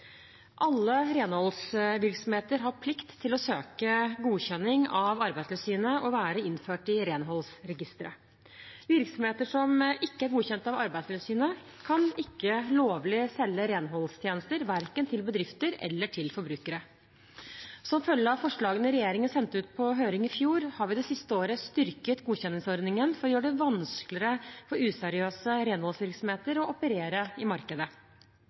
Alle renholdsvirksomheter har plikt til å søke godkjenning av Arbeidstilsynet og være innført i renholdsregisteret. Virksomheter som ikke er godkjent av Arbeidstilsynet, kan ikke lovlig selge renholdstjenester, verken til bedrifter eller til forbrukere. Som følge av forslagene regjeringen sendte ut på høring i fjor, har vi det siste året styrket godkjenningsordningen for å gjøre det vanskeligere for useriøse renholdsvirksomheter å operere i markedet.